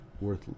worth